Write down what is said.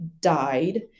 died